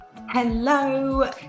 Hello